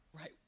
right